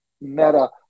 meta